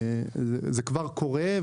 זה כבר קורה,